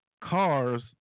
cars